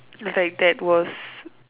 like that was